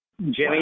Jimmy